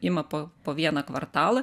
ima po po vieną kvartalą